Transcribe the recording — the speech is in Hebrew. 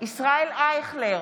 ישראל אייכלר,